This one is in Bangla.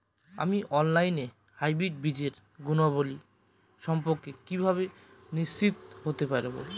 আমি অনলাইনে হাইব্রিড বীজের গুণাবলী সম্পর্কে কিভাবে নিশ্চিত হতে পারব?